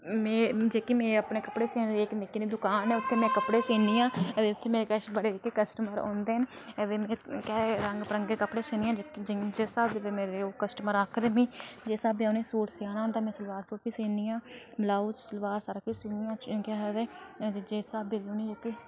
में जेह्की में अपनी कपड़े सीने दी इक्क नेही दुकान ऐ उत्थै में कपड़े सीन्नी ते उत्थै मेरे कश बड़े कस्टमर औंदे न ते में केह् आखदे रंग बिरंगे कपड़े सीन्नी आं जिस स्हाबै दे कस्टमर आखदे ते जिस स्हाबै दे सूट सीआं ते में सलवार कमीज बी सीन्नी आं ते ब्लाऊज कमीज सबकिश सीन्नी केह् आखदे जिस स्हाबै दे सीने गी देगे